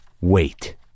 wait